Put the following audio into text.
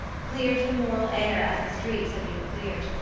cleared the moral air as the streets had been cleared,